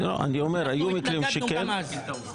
אנחנו התנגדנו גם אז.